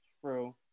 True